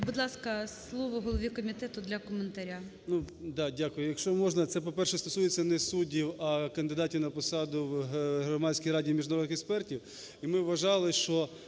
Будь ласка, слово голові комітету для коментаря.